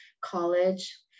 college